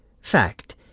Fact